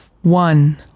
one